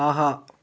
ஆஹா